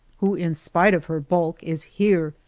who, in spite of her bulk, is here,